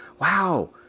wow